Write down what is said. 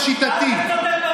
שחותר לחסינות מהעמדה לדין,